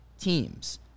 teams